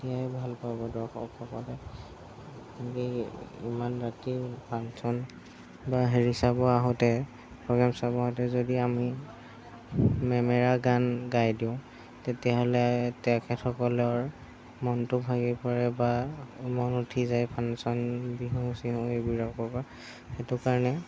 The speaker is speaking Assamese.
তেতিয়াহে ভাল পাব দৰ্শকসকলে ইনেই ইমান ৰাতিও ফাংচন বা হেৰি চাব আহোঁতে প্ৰগ্ৰেম চাব আহোঁতে যদি আমি মেমেৰা গান গাই দিওঁ তেতিয়াহ'লে তেখেতেসকলৰ মনটো ভাঙি পৰে বা মনটো উঠি যায় বিহু চিহু এইবিলাকৰ পৰা সেইটো কাৰণে